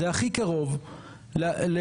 זה הכי קרוב לטנקים.